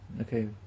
Okay